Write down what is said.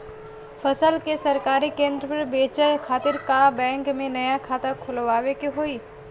फसल के सरकारी केंद्र पर बेचय खातिर का बैंक में नया खाता खोलवावे के होई?